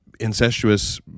incestuous